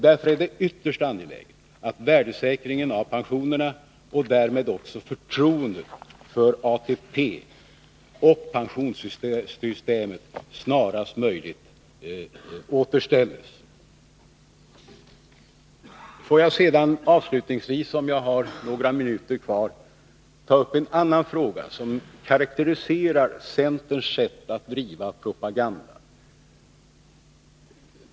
Därför är det ytterst angeläget att värdesäkringen av pensionerna och därmed också förtroendet för ATP och pensionssystemet snarast möjligt återställs. Jag vill sedan avslutningsvis ta upp en annan fråga, som karakteriserar centerns sätt att driva propaganda.